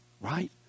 right